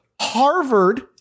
Harvard